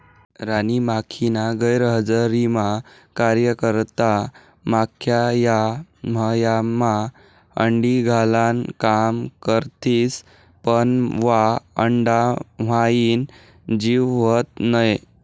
राणी माखीना गैरहजरीमा कार्यकर्ता माख्या या मव्हायमा अंडी घालान काम करथिस पन वा अंडाम्हाईन जीव व्हत नै